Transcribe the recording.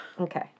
Okay